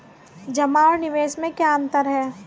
जमा और निवेश में क्या अंतर है?